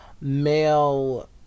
male